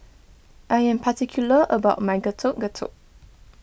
I am particular about my Getuk Getuk